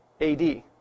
AD